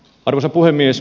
arvoisa puhemies